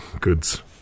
goods